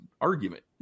argument